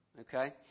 Okay